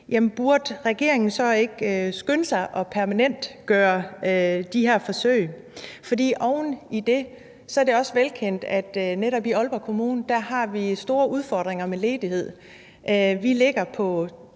burde regeringen så ikke skynde sig at permanentgøre de her forsøg? Oven i det er det også velkendt, at netop i Aalborg Kommune har vi store udfordringer med ledighed. Vi ligger på